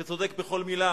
שצודק בכל מלה.